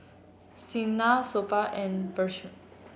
Saina Suppiah and Peyush